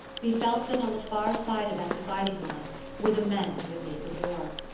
we felt that on the far side of that dividing line were the men who had made the war,